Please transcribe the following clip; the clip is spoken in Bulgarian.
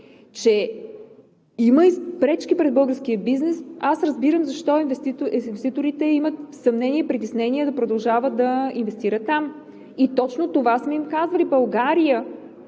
че има пречки пред българския бизнес – аз разбирам защо инвеститорите имат съмнения и притеснения да продължават да инвестират там, точно това сме им казали: в България